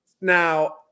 Now